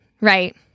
right